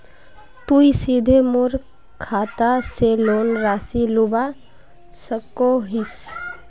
तुई सीधे मोर खाता से लोन राशि लुबा सकोहिस?